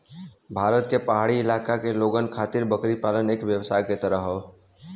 भारत के पहाड़ी इलाका के लोगन खातिर बकरी पालन एक व्यवसाय के तरह हौ